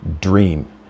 Dream